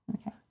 Okay